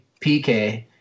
PK